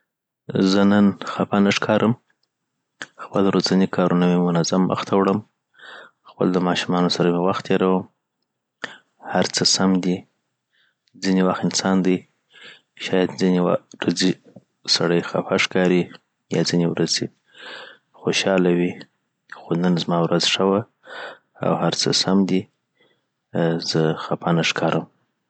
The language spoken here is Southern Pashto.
نه زه نن خپه نه ښکارم خپل ورځني کارونه مي منظم مخته وړم خپل د ماشومانو سره مي وخت تیروم هر څه سم دی ځیني وخت انسان دي شاید ځیني ورځې سړی خپه ښکاري یا ځیني ورځی خوشحاله وی خو نن زما ورځ ښه وه او هرڅه سم دی آ زه خپه نه ښکارم